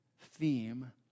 theme